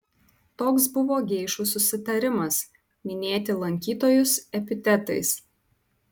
toks buvo geišų susitarimas minėti lankytojus epitetais